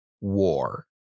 war